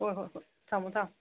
ꯍꯣꯏ ꯍꯣꯏ ꯍꯣꯏ ꯊꯝꯃꯣ ꯊꯝꯃꯣ